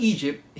Egypt